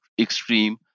extreme